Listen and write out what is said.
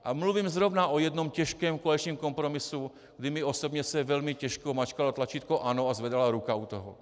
A mluvím zrovna o jednom těžkém koaličním kompromisu, kdy mně osobně se velmi těžko mačkalo tlačítko ano a zvedala ruka u toho.